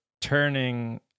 turning